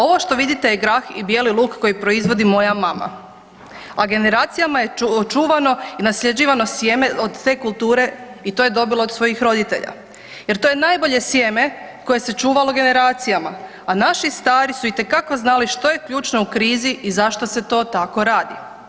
Ovo što vidite je grah i bijeli luk koji proizvodi moja mama, a generacijama je čuvano i nasljeđivano sjeme od te kulture i to je dobila od svojih roditelja jer to je najbolje sjeme koje se čuvalo generacijama a naši stari su itekako znali što je ključno u krizi i zašto se to tako radi.